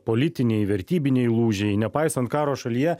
politiniai vertybiniai lūžiai nepaisant karo šalyje